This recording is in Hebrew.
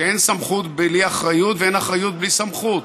שאין סמכות בלי אחריות ואין אחריות בלי סמכות.